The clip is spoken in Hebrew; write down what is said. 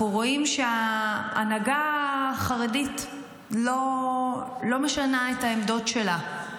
אנחנו רואים שההנהגה החרדית לא משנה את העמדות שלה,